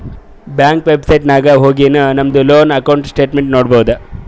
bank website ನಾಗ್ ಹೊಗಿನು ನಮ್ದು ಲೋನ್ ಅಕೌಂಟ್ ಸ್ಟೇಟ್ಮೆಂಟ್ ನೋಡ್ಬೋದು